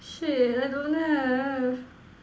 shit I don't have